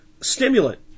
stimulant